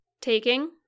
taking